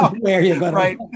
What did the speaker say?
right